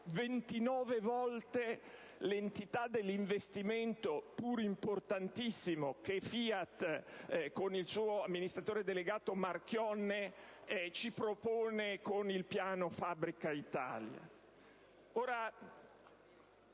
29 volte l'entità dell'investimento, pur importantissimo, che FIAT, con il suo amministratore delegato Marchionne, ci propone con il piano "Fabbrica Italia".